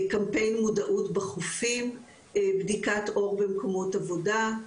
קמפיין מודעות בחופים, בדיקת עור במקומות עבודה.